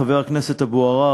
חבר הכנסת אבו עראר,